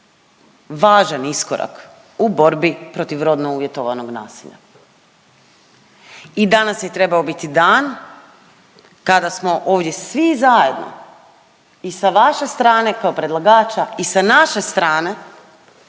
važan iskorak u borbi protiv rodno uvjetovanog nasilja. I danas je trebao biti dan kada smo ovdje svi zajedno i sa vaše strane kao predlagača i sa naše strane,